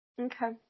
Okay